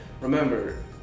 Remember